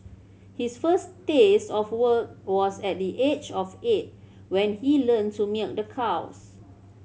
his first taste of work was at the age of eight when he learned to milk the cows